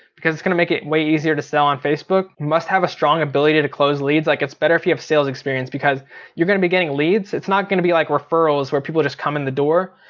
because it's gonna make it way easier to sell on facebook. you must have a strong ability to close leads, like it's better if you have sales experience, because you're gonna be getting leads. it's not gonna be like referrals where people just come in the door.